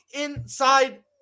inside